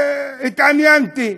והתעניינתי,